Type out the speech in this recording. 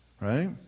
Right